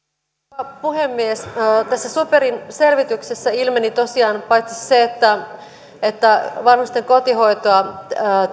arvoisa rouva puhemies tässä superin selvityksessä ilmeni tosiaan paitsi se että että vanhusten kotihoitoa